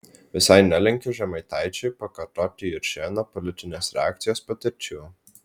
visai nelinkiu žemaitaičiui pakartoti juršėno politinės reakcijos patirčių